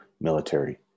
military